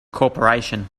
corporation